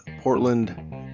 portland